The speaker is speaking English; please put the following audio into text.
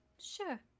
Sure